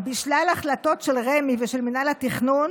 ואז, בשלל החלטות של רמ"י ושל מינהל התכנון,